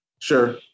Sure